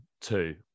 two